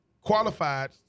qualified